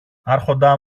άρχοντα